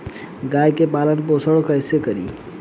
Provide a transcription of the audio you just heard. गाय के पालन पोषण पोषण कैसे करी?